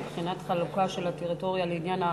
מבחינת חלוקה של הטריטוריה לעניין,